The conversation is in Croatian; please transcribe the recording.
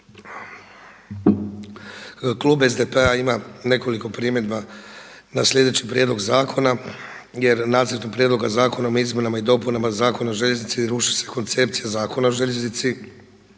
Klub SDP-a ima nekoliko primjedba na sljedeći prijedloga zakona, jer Nacrtom prijedloga zakona o izmjenama i dopunama Zakona o željeznici ruši se koncepcija Zakona o željeznici